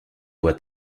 voix